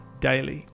daily